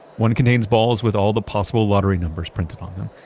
one contains balls with all the possible lottery numbers printed on them.